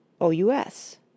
o-u-s